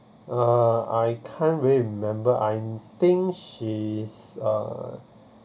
uh I can't really remember I think she's uh